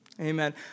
Amen